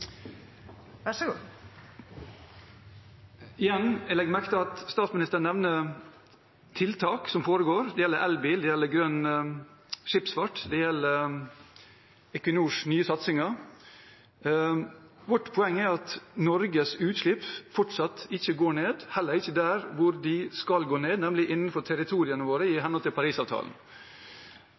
gjelder grønn skipsfart, det gjelder Equinors nye satsinger. Vårt poeng er at Norges utslipp fortsatt ikke går ned, heller ikke der de skal gå ned, nemlig innenfor territoriene våre, i henhold til Parisavtalen.